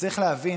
צריך להבין,